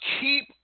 keep